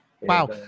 Wow